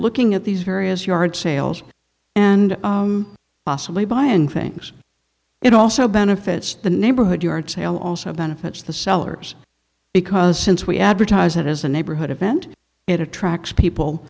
looking at these various yard sales and possibly buying things it also benefits the neighborhood yard sale also benefits the sellers because since we advertise it as a neighborhood event it attracts people